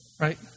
right